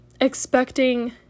expecting